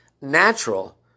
natural